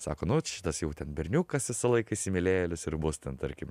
sako nu vat šitas jau ten berniukas visą laiką įsimylėjėlis ir bus ten tarkim